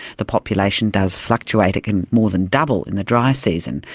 the population does fluctuate it can more than double in the dry season,